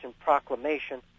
Proclamation